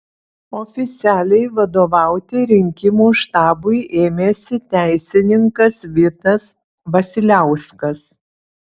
oficialiai vadovauti rinkimų štabui ėmėsi teisininkas vitas vasiliauskas